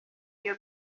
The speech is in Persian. بیا